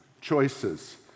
choices